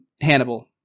Hannibal